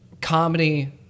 comedy